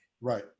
right